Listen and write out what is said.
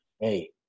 hey